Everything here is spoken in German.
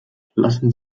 lassen